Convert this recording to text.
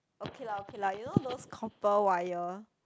okay lah okay lah you know those copper wire